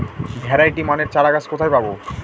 Variety মানের চারাগাছ কোথায় পাবো?